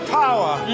power